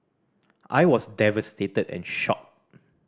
I was devastated and shocked